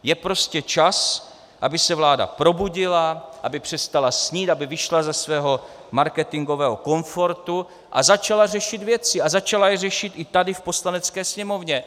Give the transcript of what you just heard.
Je prostě čas, aby se vláda probudila, aby přestala snít, aby vyšla ze svého marketingového komfortu a začala řešit věci, a začala je řešit i tady v Poslanecké sněmovně.